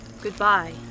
Goodbye